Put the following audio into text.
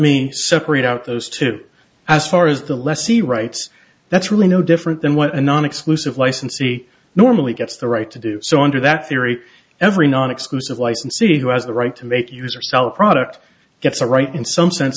me separate out those two as far as the lessee rights that's really no different than what a non exclusive licensee normally gets the right to do so under that theory every non exclusive licensee who has the right to make use or sell a product gets a right in some sense